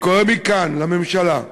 אני קורא מכאן לממשלה,